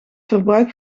verbruik